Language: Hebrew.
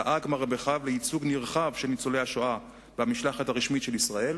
דאג מר מרחב לייצוג נרחב של ניצולי השואה במשלחת הרשמית של ישראל